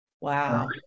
Wow